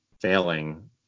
failing